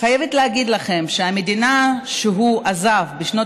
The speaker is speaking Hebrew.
חייבת להגיד לכם שהמדינה שהוא עזב בשנות